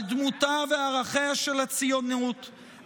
על דמותה וערכיה של הציונות,